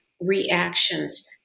reactions